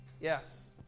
Yes